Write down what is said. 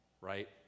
right